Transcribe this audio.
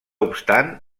obstant